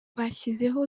bashyizeho